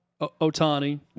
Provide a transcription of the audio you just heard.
Otani